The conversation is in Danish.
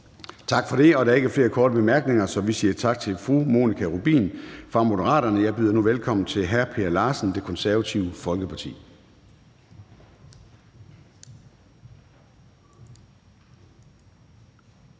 Tak for det. Der er ikke flere korte bemærkninger, så vi siger tak til fru Monika Rubin fra Moderaterne. Jeg byder nu velkommen til hr. Per Larsen, Det Konservative Folkeparti.